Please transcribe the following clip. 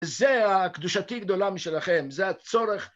זה הקדושתי גדולה משלכם, זה הצורך.